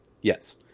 Yes